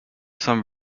some